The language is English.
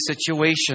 situation